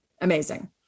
amazing